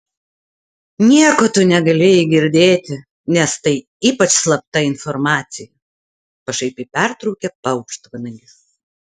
nieko tu negalėjai girdėti nes tai ypač slapta informacija pašaipiai pertraukė paukštvanagis